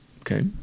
Okay